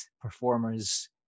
performers